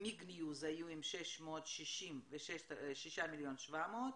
מיג ניוז היו עם 660 ו-6.700 מיליון.